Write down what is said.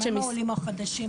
למה העולים החדשים,